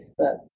Facebook